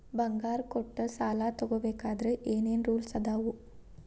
ಬಂಗಾರ ಕೊಟ್ಟ ಸಾಲ ತಗೋಬೇಕಾದ್ರೆ ಏನ್ ಏನ್ ರೂಲ್ಸ್ ಅದಾವು?